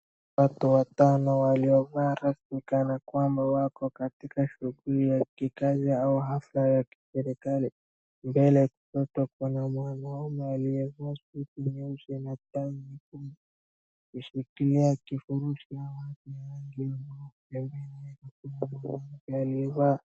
Watu watano waliovaa rasmi kana kwamba katika shughuli ya kikazi au hafla ya kiserikali, mbele hapo kuna mwanaume aliyevaa suti nyeusi anaonekana ameshikilia kifurushi au kitu ya rangi nyeupe hapo mbele kuna mwanamke aliyevaa.